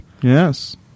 Yes